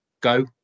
go